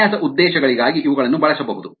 ವಿನ್ಯಾಸ ಉದ್ದೇಶಗಳಿಗಾಗಿ ಇವುಗಳನ್ನು ಬಳಸಬಹುದು